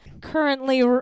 Currently